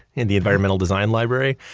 in the environmental design library.